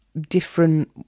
different